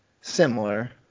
similar –